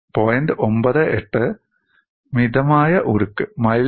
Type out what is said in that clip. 98 മിതമായ ഉരുക്ക് 1